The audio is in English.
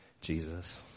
Jesus